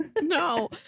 No